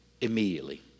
immediately